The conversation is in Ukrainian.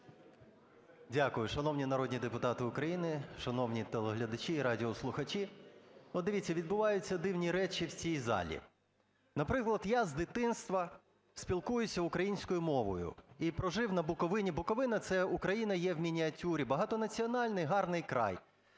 Дякую. Шановні народні депутати України, шановні телеглядачі і радіослухачі! От, дивіться, відбуваються дивні речі в цій залі. Наприклад, я з дитинства спілкуюсь українською мовою і прожив на Буковині. Буковина – це Україна є в мініатюрі, багатонаціональний, гарний край.